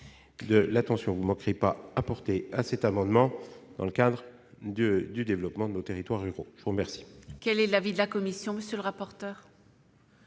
de l'attention que vous ne manquerez pas de porter à cet amendement dans le cadre du développement de nos territoires ruraux. Quel